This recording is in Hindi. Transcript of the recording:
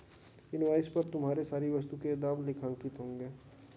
इन्वॉइस पर तुम्हारे सारी वस्तुओं के दाम लेखांकित होंगे